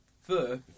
fur